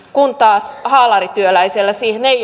kun taas haalarityöläiselle siihen ei